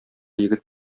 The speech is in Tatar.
егет